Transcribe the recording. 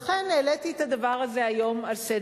לכן העליתי את הדבר הזה על סדר-היום.